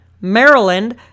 Maryland